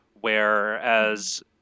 whereas